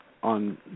On